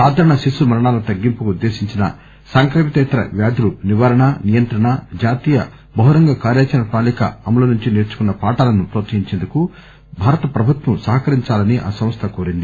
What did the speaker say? సాధారణ శిశు మరణాల తగ్గింపుకు ఉద్దేశించిన సాంక్రమికేతర వ్యాధులు నివారణ నియంత్రణ జాతీయ బహురంగ కార్యచరణ ప్రణాళిక అమలు నుంచి నేర్చుకున్న పాఠాలను ప్రోత్సహించేందుకు భారత ప్రభుత్వం సహకరిందాలని ఆ సంస్ద కోరింది